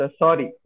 sorry